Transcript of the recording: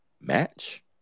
match